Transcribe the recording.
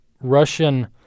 Russian